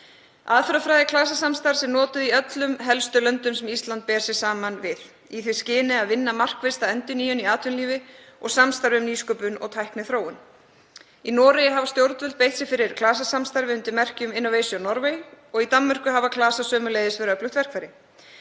Aðferðafræði klasasamstarfs er notuð í öllum helstu löndum sem Ísland ber sig saman við, í því skyni að vinna markvisst að endurnýjun í atvinnulífi og samstarfi um nýsköpun og tækniþróun. Í Noregi hafa stjórnvöld beitt sér fyrir klasasamstarfi undir merkjum Innovation Norway. Í Danmörku hafa klasar sömuleiðis verið öflugt verkfæri.